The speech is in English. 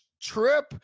trip